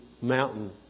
mountain